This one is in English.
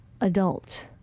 adult